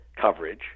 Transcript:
coverage